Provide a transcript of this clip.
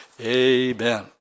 Amen